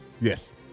Yes